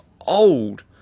old